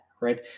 right